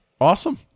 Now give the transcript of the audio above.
Awesome